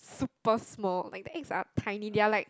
super small like the eggs are tiny they are like